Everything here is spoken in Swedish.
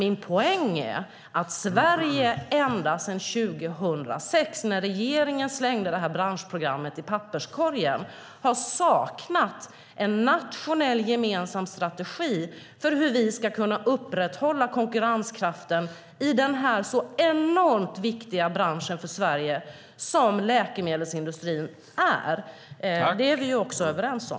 Min poäng är att Sverige ända sedan 2006, när regeringen slängde branschprogrammet i papperskorgen, har saknat en nationell gemensam strategi för hur vi ska kunna upprätthålla konkurrenskraften i en för Sverige så viktig bransch som läkemedelsindustrin. Det är vi ju överens om.